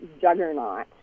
juggernaut